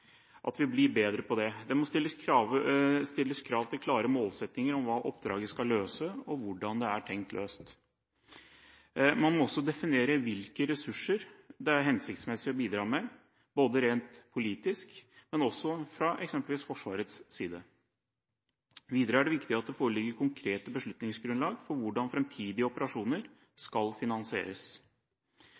at vi blir bedre på det. Det må stilles krav til klare målsettinger om hva oppdraget skal løse, og hvordan det er tenkt løst. Man må også definere hvilke ressurser det er hensiktsmessig å bidra med, både rent politisk og fra eksempelvis Forsvarets side. Videre er det viktig at det foreligger konkrete beslutningsgrunnlag for hvordan framtidige operasjoner skal finansieres.